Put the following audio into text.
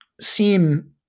seem